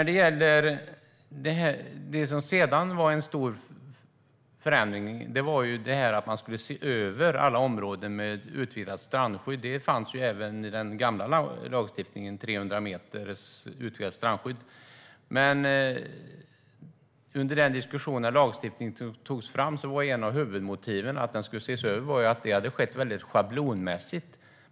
Det som sedan var en stor förändring var att man skulle se över alla områden med utvidgat strandskydd. Det fanns ju även i den gamla lagstiftningen ett utvidgat strandskydd på 300 meter. Men under diskussionen när lagstiftningen togs fram var ett av huvudmotiven till att det skulle ses över att det hade skett väldigt schablonmässigt.